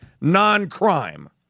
non-crime